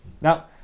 Now